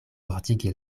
ordigi